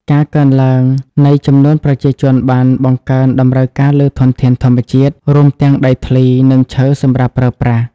ការកើនឡើងនៃចំនួនប្រជាជនបានបង្កើនតម្រូវការលើធនធានធម្មជាតិ រួមទាំងដីធ្លី និងឈើសម្រាប់ប្រើប្រាស់។